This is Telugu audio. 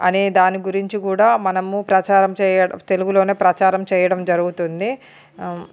అనే దాని గురించి కూడా మనము ప్రచారం చేయ తెలుగులోనే ప్రచారం చేయడం జరుగుతుంది